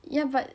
ya but